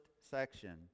section